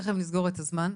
תיכף נסגור את הזמן.